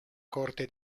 corte